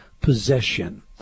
possession